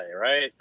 right